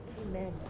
Amen